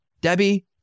Debbie